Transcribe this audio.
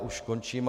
Už končím.